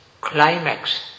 climax